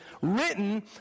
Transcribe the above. written